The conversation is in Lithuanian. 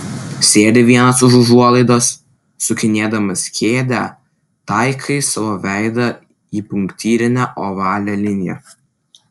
sėdi vienas už užuolaidos sukinėdamas kėdę taikai savo veidą į punktyrinę ovalią liniją